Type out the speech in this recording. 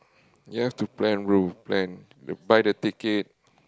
you have to plan bro plan buy the ticket